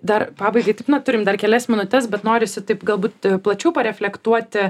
dar pabaigai taip na turim dar kelias minutes bet norisi taip galbūt plačiau pareflektuoti